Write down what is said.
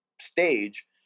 stage